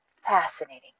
fascinating